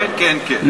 כן, כן, כן.